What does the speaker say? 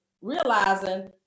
realizing